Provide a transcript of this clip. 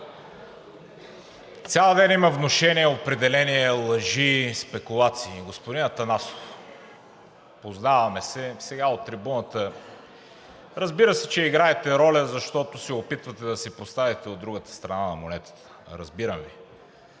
Цял ден има внушения, определения, лъжи, спекулации. Господин Атанасов, познаваме се. Сега от трибуната, разбира се, че играете роля, защото се опитвате да се поставите от другата страна на монетата, разбирам